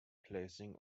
placing